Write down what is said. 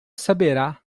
saberá